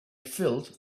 filled